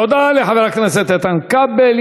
תודה לחבר הכנסת איתן כבל.